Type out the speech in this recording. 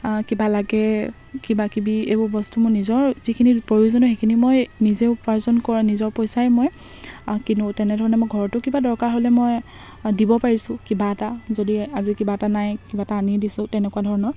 কিবা লাগে কিবাকিবি এইবোৰ বস্তু মোৰ নিজৰ যিখিনি প্ৰয়োজনীয় সেইখিনি মই নিজে উপাৰ্জন কৰা নিজৰ পইচাই মই কিনো তেনেধৰণে মই ঘৰতো কিবা দৰকাৰ হ'লে মই দিব পাৰিছো কিবা এটা যদি আজি কিবা এটা নাই কিবা এটা আনি দিছো তেনেকুৱা ধৰণৰ